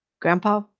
Grandpa